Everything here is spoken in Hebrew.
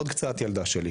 עוד קצת ילדה שלי,